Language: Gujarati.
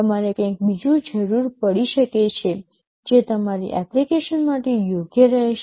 તમારે કંઈક બીજું જરૂર પડી શકે છે જે તમારી એપ્લિકેશન માટે યોગ્ય રહેશે